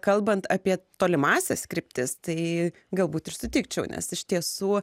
kalbant apie tolimąsias kryptis tai galbūt ir sutikčiau nes iš tiesų